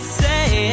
say